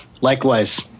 likewise